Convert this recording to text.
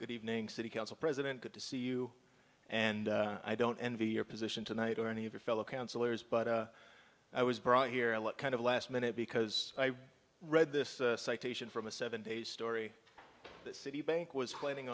good evening city council president good to see you and i don't envy your position tonight or any of your fellow councillors but i was brought here and what kind of last minute because i read this citation from a seven day story that citibank was claiming